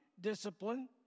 discipline